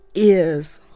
is